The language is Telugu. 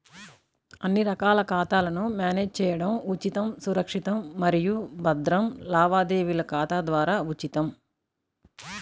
అన్ని రకాల ఖాతాలను మ్యానేజ్ చేయడం ఉచితం, సురక్షితం మరియు భద్రం లావాదేవీల ఖాతా ద్వారా ఉచితం